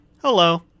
hello